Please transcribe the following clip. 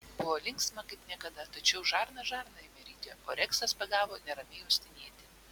buvo linksma kaip niekada tačiau žarna žarną ėmė ryti o reksas pagavo neramiai uostinėti